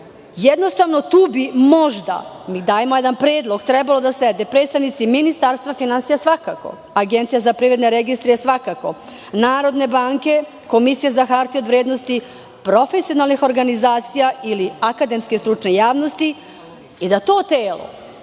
Jednostavno, tu bi možda, mi dajemo jedan predlog, trebalo da sede predstavnici Ministarstva za finansije, Agencije za privredne registre, Narodne banke, Komisije za hartije od vrednost, profesionalnih organizacija ili akademske stručne javnosti i da to telo